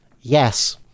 Yes